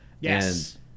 Yes